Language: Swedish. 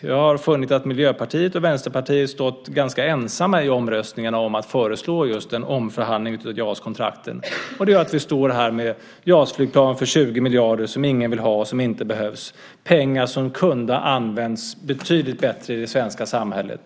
Jag har funnit att Miljöpartiet och Vänsterpartiet stått ganska ensamma i omröstningarna om att föreslå just en omförhandling av JAS-kontrakten. Det gör att vi står här med JAS-flygplan för 20 miljarder som ingen vill ha och som inte behövs, pengar som kunde ha använts betydligt bättre i det svenska samhället.